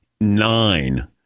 nine